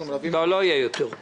לא, לא יהיה יותר.